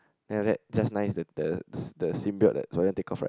then after that just nice the the the seat belt that Joan take off right